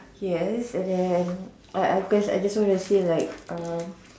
yes and then I I have guys I just wanna say like uh